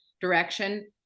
direction